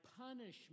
punishment